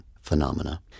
phenomena